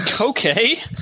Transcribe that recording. Okay